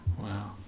wow